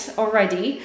already